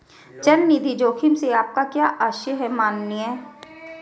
चल निधि जोखिम से आपका क्या आशय है, माननीय?